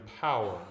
power